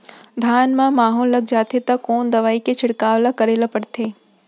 धान म माहो लग जाथे त कोन दवई के छिड़काव ल करे ल पड़थे?